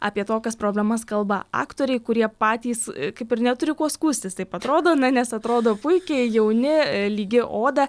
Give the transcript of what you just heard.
apie tokias problemas kalba aktoriai kurie patys kaip ir neturi ko skųstis taip atrodo nes atrodo puikiai jauni lygi oda